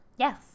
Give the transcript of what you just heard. Yes